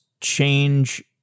change